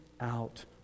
out